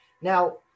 Now